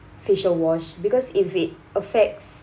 facial wash because if it affects